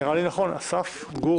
זה נראה לי נכון אסף, גור.